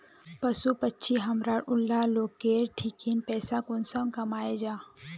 पशु पक्षी हमरा ऊला लोकेर ठिकिन पैसा कुंसम कमाया जा?